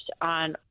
on